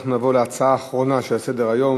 אנחנו נעבור להצעה אחרונה שעל סדר-היום,